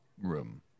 room